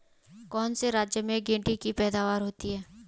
कौन से राज्य में गेंठी की पैदावार होती है?